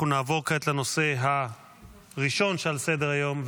אנחנו נעבור כעת לנושא הראשון שעל סדר-היום,